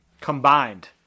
combined